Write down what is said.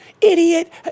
idiot